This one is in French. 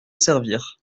servir